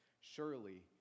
surely